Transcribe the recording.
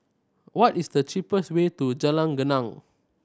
what is the cheapest way to Jalan Geneng